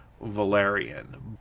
Valerian